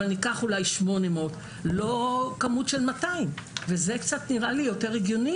ניקח אולי 800 ולא 200. המספר 800 נראה לי קצת יותר הגיוני